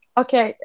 okay